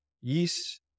yeast